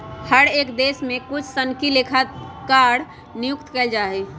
हर एक देश में कुछ ही सनदी लेखाकार नियुक्त कइल जा हई